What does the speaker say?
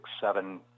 seven